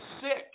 sick